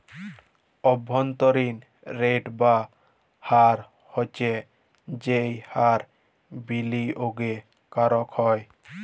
অব্ভন্তরীন রেট বা হার হচ্ছ যেই হার বিলিয়গে করাক হ্যয়